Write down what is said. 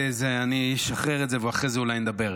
אני אשחרר את זה, אחרי זה אולי נדבר.